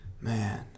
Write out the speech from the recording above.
Man